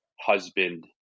husband